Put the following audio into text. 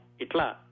Itla